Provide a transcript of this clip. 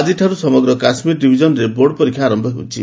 ଆଜିଠାରୁ ସମଗ୍ର କାଶ୍ମୀର ଡିଭିଜନ୍ରେ ବୋର୍ଡ଼ ପରୀକ୍ଷା ଆରମ୍ଭ ହେଉଛି